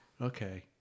Okay